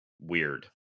weird